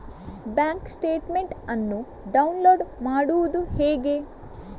Bank statement ಅನ್ನು download ಮಾಡುವುದು ಹೇಗೆ?